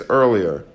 earlier